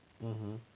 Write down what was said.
mmhmm